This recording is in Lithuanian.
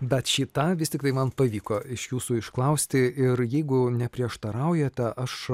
bet šį tą vis tiktai man pavyko iš jūsų išklausti ir jeigu neprieštaraujate aš